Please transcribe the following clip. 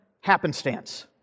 happenstance